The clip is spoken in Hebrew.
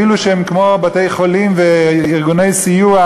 אפילו שהם בתי-חולים וארגוני סיוע